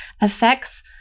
affects